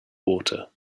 water